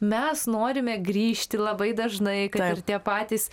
mes norime grįžti labai dažnai kad ir tie patys